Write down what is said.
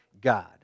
God